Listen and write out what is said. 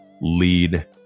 lead